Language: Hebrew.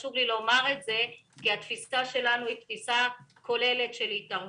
חשוב לי לומר את זה כי התפיסה שלנו היא תפיסה כוללת של התערבות.